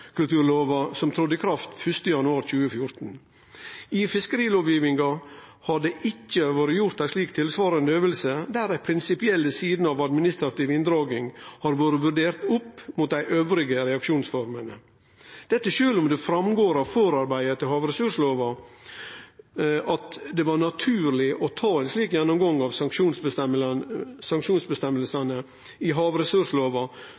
kraft 1. januar 2014. I fiskerilovgivinga har det ikkje vore gjort ei tilsvarande øving der dei prinsipielle sidene ved administrativ inndraging har vore vurderte opp mot dei andre reaksjonsformene – sjølv om det går fram av forarbeida til havressurslova at det var naturleg å ta ein slik gjennomgang av